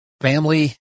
family